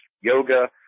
yoga